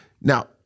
Now